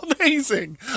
Amazing